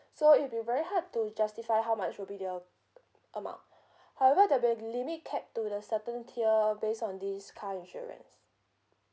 so it'll be very hard to justify how much will be the amount however there'll be a limit capped to the certain tier based on this car insurance